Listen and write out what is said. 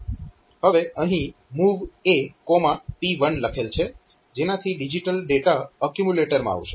હવે અહીં MOV AP1 લખેલ છે જેનાથી ડિજીટલ ડેટા એક્યુમ્યુલેટર માં આવશે